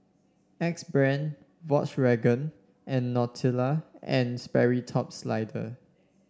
Axe Brand Volkswagen and Nautica And Sperry Top Sider